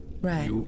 Right